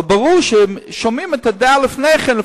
אבל ברור ששומעים את הדעה לפני כן.